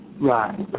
Right